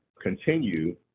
continue